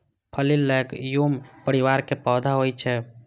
फली लैग्यूम परिवार के पौधा होइ छै